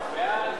שגם, בבקשה,